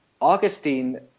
Augustine